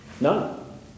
None